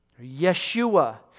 Yeshua